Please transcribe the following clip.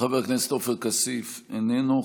חבר הכנסת עופר כסיף, איננו.